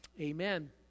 Amen